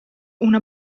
una